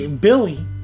Billy